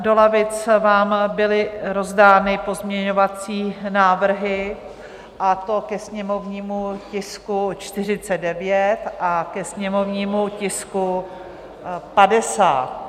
Do lavic vám byly rozdány pozměňovací návrhy, a to ke sněmovnímu tisku 49 a ke sněmovnímu tisku 50.